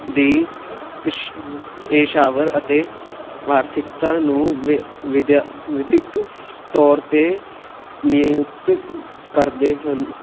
ਦੀ ਪੇਸ਼ ਪੇਸ਼ਾਵਰ ਅਤੇ ਆਰਥਿਕਤਾ ਨੂੰ ਵਿ ਵਿਦਿਆ ਵਿਦਿਕ ਤੌਰ 'ਤੇ ਨਿਯੁਕਤ ਕਰਦੇ ਹਨ